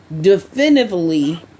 definitively